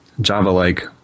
java-like